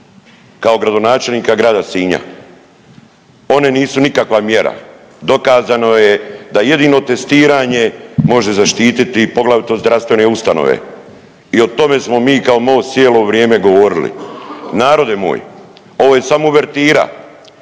kao gradonačelnika grada Sinja. One nisu nikakva mjera. Dokazano je da jedino testiranje može zaštititi, poglavito zdravstvene ustanove i o tome smo mi kao Most cijelo vrijeme govorili. Narode moj, ovo je samo uvertira